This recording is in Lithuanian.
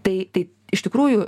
tai tai iš tikrųjų